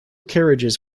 carriages